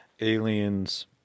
aliens